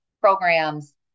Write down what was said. programs